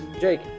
Jake